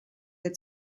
der